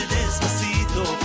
Despacito